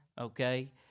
okay